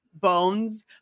bones